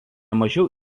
mažiau